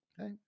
Okay